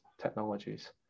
technologies